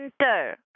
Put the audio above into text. Enter